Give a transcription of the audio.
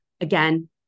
again